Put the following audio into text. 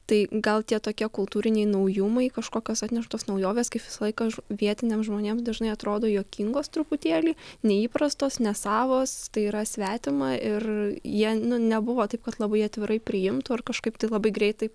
tai gal tie tokie kultūriniai naujumai kažkokios atneštos naujovės kaip visą laiką vietiniam žmonėm dažnai atrodo juokingos truputėlį neįprastos nesavos tai yra svetima ir jie nebuvo taip kad labai atvirai priimtų ar kažkaip tai labai greitai